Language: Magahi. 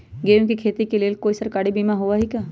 गेंहू के खेती के लेल कोइ सरकारी बीमा होईअ का?